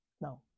No